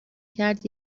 کرد